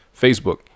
facebook